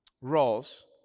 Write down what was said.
roles